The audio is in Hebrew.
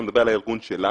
אני מדבר על הארגון שלנו.